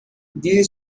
دیدی